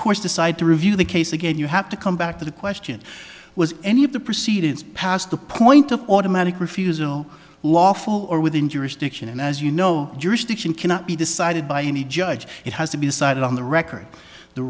courts decide to review the case again you have to come back to the question was any of the proceedings past the point of automatic refusal lawful or within jurisdiction and as you know jurisdiction cannot be decided by any judge it has to be decided on the record the